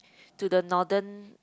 to the northern